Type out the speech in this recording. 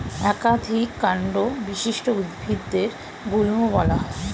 একাধিক কান্ড বিশিষ্ট উদ্ভিদদের গুল্ম বলা হয়